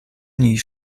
nie